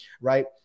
right